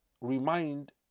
remind